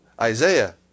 Isaiah